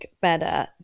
better